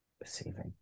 perceiving